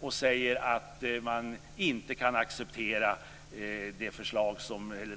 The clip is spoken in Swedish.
Man säger att man inte kan acceptera